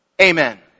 Amen